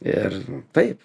ir taip